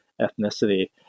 ethnicity